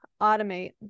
automate